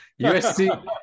USC